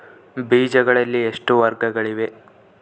ಬೇಜಗಳಲ್ಲಿ ಎಷ್ಟು ವರ್ಗಗಳಿವೆ?